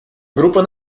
группа